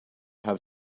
have